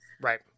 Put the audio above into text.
right